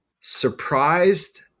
surprised